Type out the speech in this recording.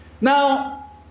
Now